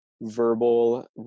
verbal